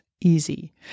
easy